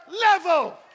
level